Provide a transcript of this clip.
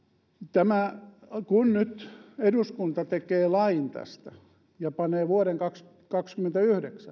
kun nyt eduskunta tekee lain tästä ja panee siihen vuoden kaksituhattakaksikymmentäyhdeksän